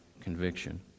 conviction